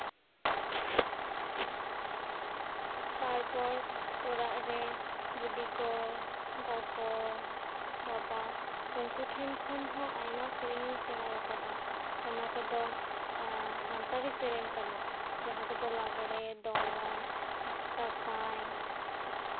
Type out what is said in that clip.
ᱛᱟᱨᱯᱚᱨ ᱚᱲᱟᱜ ᱨᱮ ᱵᱩᱰᱤᱜᱚ ᱜᱚᱜᱚ ᱵᱟᱵᱟ ᱩᱱᱠᱩ ᱴᱷᱮᱱ ᱠᱷᱚᱱ ᱦᱚᱸ ᱟᱭᱢᱟ ᱥᱮᱨᱮᱧᱤᱧ ᱥᱮᱬᱟᱣᱟᱠᱟᱫᱟ ᱚᱱᱟ ᱠᱚᱫᱚ ᱥᱟᱱᱛᱟᱲᱤ ᱥᱮᱨᱮᱧ ᱠᱟᱱᱟ ᱡᱟᱦᱟᱸ ᱠᱚᱫᱚ ᱞᱟᱜᱽᱬᱮ ᱫᱚᱝ ᱫᱟᱸᱥᱟᱭ